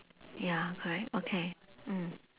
ya correct okay mm